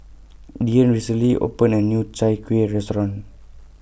Deann recently opened A New Chai Kuih Restaurant